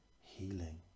healing